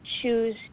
choose